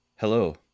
Hello